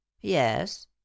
yes